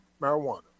marijuana